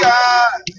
God